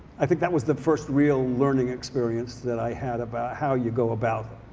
i think that was the first real learning experience that i had about how you go about,